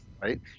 right